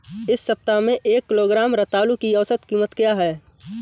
इस सप्ताह में एक किलोग्राम रतालू की औसत कीमत क्या है?